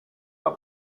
alla